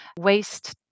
waste